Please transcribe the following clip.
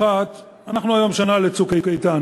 שנוח ליושבי הסלונים